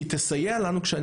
היא תסייע לנו גם כאשר,